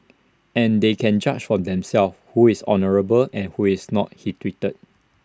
and they can judge for themselves who is honourable and who is not he tweeted